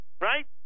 right